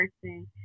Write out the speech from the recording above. person